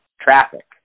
traffic